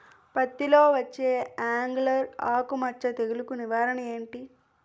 పత్తి లో వచ్చే ఆంగులర్ ఆకు మచ్చ తెగులు కు నివారణ ఎంటి?